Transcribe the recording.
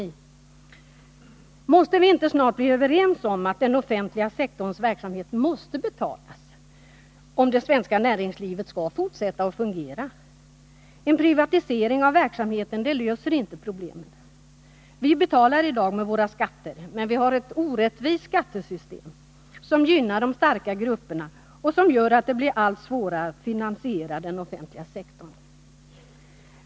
Måste vi inte snart bli överens om att den offentliga sektorns verksamhet måste betalas, om det svenska näringslivet skall fortsätta att fungera? En privatisering av verksamheten löser inte problemen. Vi betalar i dag med våra skatter, men vi har ett orättvist skattesystem som gynnar de starka grupperna och gör det allt svårare att finansiera den offentliga sektorn.